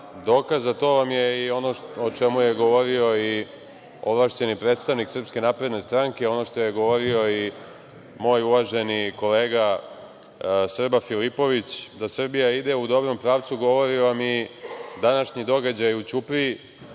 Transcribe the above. dokaz za to vam je ono o čemu je govorio ovlašćeni predstavnik SNS, ono što je govorio moj uvaženi kolega Srba Filipović. Da Srbija ide u dobrom pravcu govori vam i današnji događaj u Ćupriji,